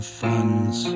funds